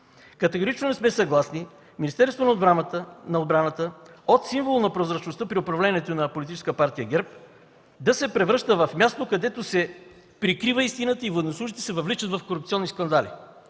Категорично не сме съгласни Министерството на отбраната от символ на прозрачността при управлението на политическа партия ГЕРБ да се превръща в място, където се прикрива истината и военнослужещите се въвличат в корупционни скандали.